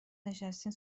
نشستین